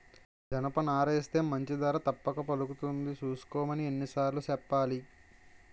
జనపనారేస్తే మంచి ధర తప్పక పలుకుతుంది సూసుకోమని ఎన్ని సార్లు సెప్పాలి?